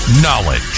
Knowledge